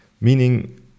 Meaning